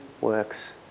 works